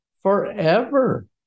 forever